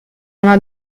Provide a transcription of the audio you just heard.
una